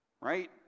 right